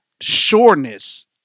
sureness